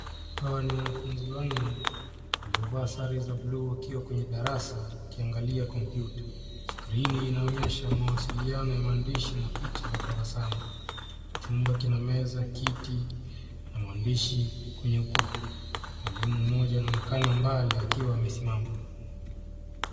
Hawa ni wanafunzi wanne ,waliovaa sare za buluu wakiwa kwenye darasa wakiangalia kompyuta .Skrini inaonyesha mawasiliano ya maandishi na picha za tabasamu .Chumba kina meza, kiti na maandishi kwenye ukuta. Mwalimu mmoja anaonekana mbali akiwa amesimama.